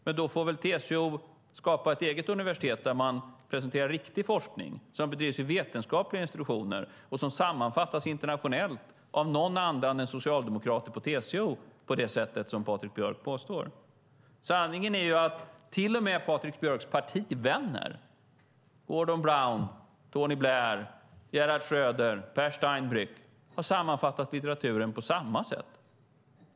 Men då får väl TCO skapa ett eget universitet där man presenterar riktig forskning som bedrivs vid vetenskapliga institutioner och som sammanfattas internationellt av någon annan än socialdemokrater på TCO på det sätt som Patrik Björck påstår. Sanningen är att till och med Patrik Björcks partivänner - Gordon Brown, Tony Blair, Gerhard Schröder, Peer Steinbrück - har sammanfattat litteraturen på samma sätt.